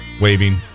Waving